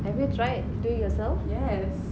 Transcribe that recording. have you tried do it yourself